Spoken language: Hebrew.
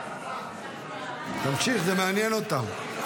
תמשיך, זה מעניין אותם.